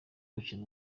gukina